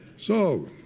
so,